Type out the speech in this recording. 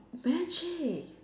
magic